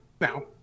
Now